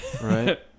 Right